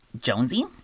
Jonesy